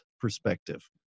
perspective